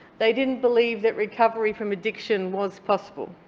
they didn't believe that recovery from addiction was possible.